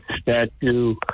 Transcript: statue